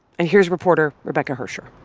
and here's reporter rebecca hersher